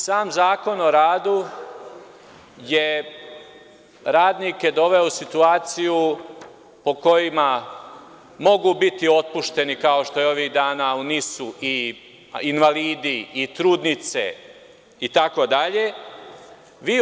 Sam Zakon o radu je radnike doveo u situaciju po kojima mogu biti otpušteni kao što je ovih dana u NIS-u invalidi i trudnice i tako dalje.